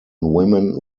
women